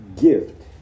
gift